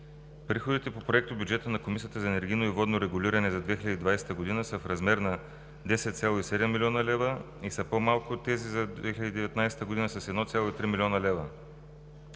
Приходите по проектобюджета на Комисията за енергийно и водно регулиране за 2020 г. са в размер на 10,7 млн. лв. и са по-малко от тези за 2019 г. с 1,3 млн. лв.